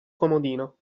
comodino